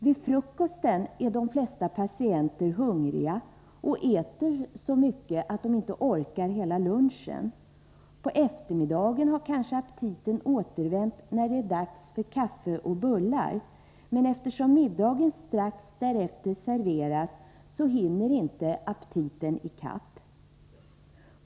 Vid frukosten är de flesta patienter hungriga och äter så mycket att de inte orkar hela lunchen. På eftermiddagen har kanske aptiten återvänt när det är dags för kaffe och bullar, men eftersom middagen strax därefter serveras hinner inte aptiten i kapp.